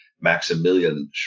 Maximilian